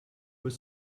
were